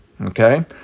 okay